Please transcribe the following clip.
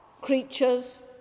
creatures